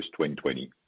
2020